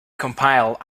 compiled